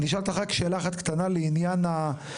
אני אשאל אותך רק שאלה אחת קטנה לעניין ההסמכות